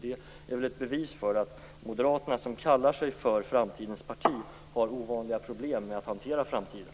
Det är väl ett bevis för att Moderaterna, som kallar sig framtidens parti, har ovanliga problem med att hantera framtiden.